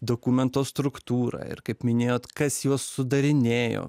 dokumento struktūrą ir kaip minėjot kas juos sudarinėjo